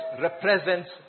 represents